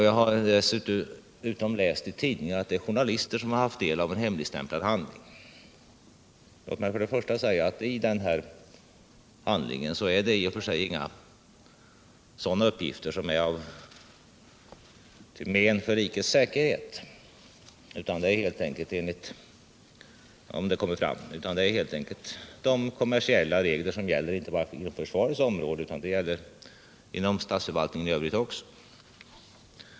Jag har läst i tidningarna att journalister tagit del av en hemligstämplad handling. Låt mig då säga att det i denna handling inte finns några uppgifter som är till men för rikets säkerhet, utan det rör sig om uppgifter som —- om de kommer ut — lyder under de kommersiella regler som gäller inte bara för försvarets område utan även för statsförvaltningen i övrigt.